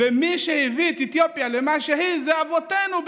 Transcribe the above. מי שהביא את אתיופיה למה שהיא אלה אבותינו,